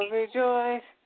rejoice